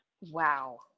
Wow